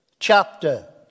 Chapter